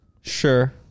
Sure